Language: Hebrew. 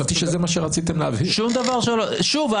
שוב,